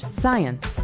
science